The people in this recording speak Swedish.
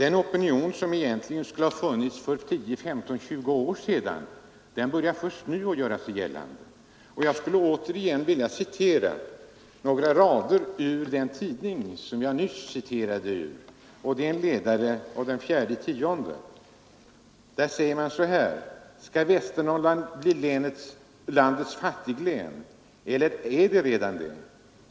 Den opinion som egentligen skulle ha funnits för 10—20 år sedan börjar först nu göra sig gällande. Jag skulle åter vilja återge några rader ur ”Nya Norrland”, den tidning jag nyss citerade ur. I ledaren den 4 oktober står det: ”Skall Västernorrland bli landets fattiglän? Eller är det redan det?